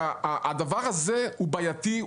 הדבר הזה הוא בעייתי,